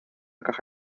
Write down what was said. caja